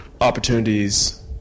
opportunities